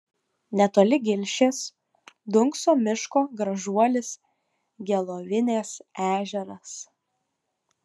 netoli gilšės dunkso miško gražuolis gelovinės ežeras